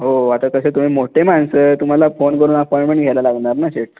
हो आता तसे तुम्ही मोठे माणसं तुम्हाला फोन करून अपॉयमेंट घ्यायला लागणार ना शेठ